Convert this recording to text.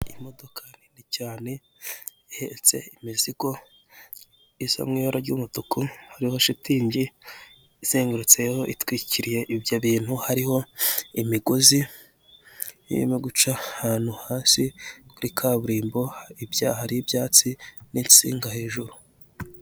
Imodoka nini cyane ihetse imizigo isa mu ibara ry'umutuku, noneho shitingi izengurutseho itwikiriye ibyo bintu hariho imigozi irimo guca ahantu hasi kuri kaburimbo ibyaha ari ibyatsi n'insinga hejuru.